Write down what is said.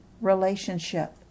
relationship